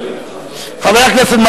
חבר הכנסת אזולאי,